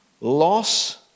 Loss